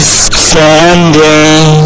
standing